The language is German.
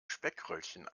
speckröllchen